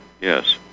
yes